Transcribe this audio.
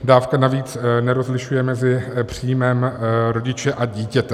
Dávka navíc nerozlišuje mezi příjmem rodiče a dítěte.